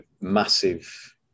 massive